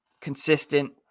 consistent